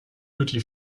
duty